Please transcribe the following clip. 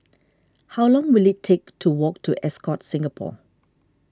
how long will it take to walk to Ascott Singapore